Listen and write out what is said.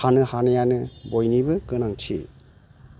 थानो हानायानो बयनिबो गोनांथि